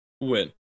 win